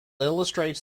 illustrates